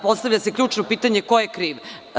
Postavlja se ključno pitanje ko je kriv?